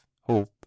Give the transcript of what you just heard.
hope